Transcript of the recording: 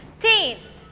Teams